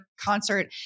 concert